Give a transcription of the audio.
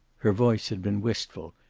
her voice had been wistful,